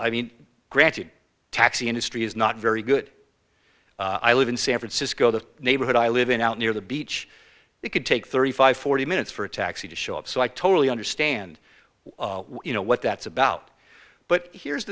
i mean granted taxi industry is not very good i live in san francisco the neighborhood i live in out near the beach it could take thirty five forty minutes for a taxi to show up so i totally understand why you know what that's about but here's